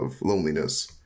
loneliness